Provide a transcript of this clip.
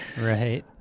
Right